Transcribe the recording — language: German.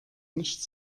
nicht